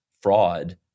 fraud